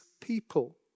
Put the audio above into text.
people